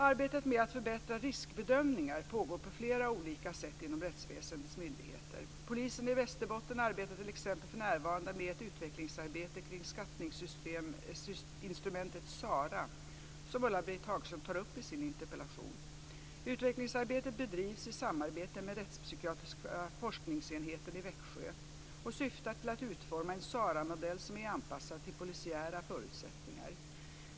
Arbetet med att förbättra riskbedömningar pågår på flera olika sätt inom rättsväsendets myndigheter. Polisen i Västerbotten arbetar t.ex. för närvarande med ett utvecklingsarbete kring skattningsinstrumentet SARA, som Ulla-Britt Hagström tar upp i sin interpellation. Utvecklingsarbetet bedrivs i samarbete med Rättspsykiatriska forskningsenheten i Växjö och syftar till att utforma en SARA-modell som är anpassad till polisiära förutsättningar.